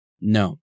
No